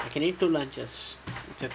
you can eat two lunches